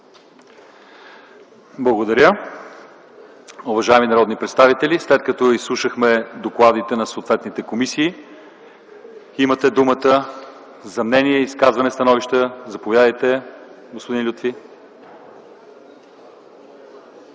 Благодаря. Уважаеми народни представители, след като изслушахме докладите на съответните комисии, имате думата за мнения, изказвания и становища. Заповядайте, господин Лютфи.